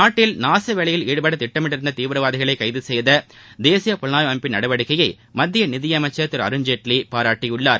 நாட்டில் நாசவேலையில் ஈடுபட திட்டமிட்டிருந்த தீவிரவாதிகளை கைது செய்த தேசிய புலனாய்வு அமைப்பின் நடவடிக்கையை மத்திய நிதியமைச்சர் திரு அருண்ஜேட்லி பாராட்டியுள்ளார்